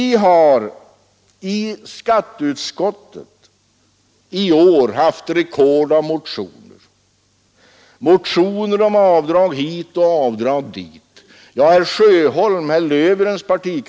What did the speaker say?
I år har vi i skatteutskottet haft ett rekordartat antal motioner om bidrag och sade att det måste vi ta bort.